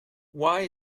why